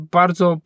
bardzo